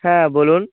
হ্যাঁ বলুন